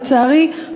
לצערי,